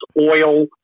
oil